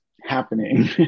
happening